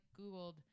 Googled